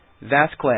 Vasquez